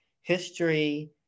history